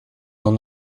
dans